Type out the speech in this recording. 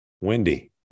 Wendy